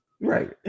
Right